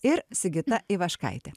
ir sigita ivaškaitė